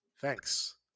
Thanks